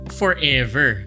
forever